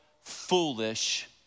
foolish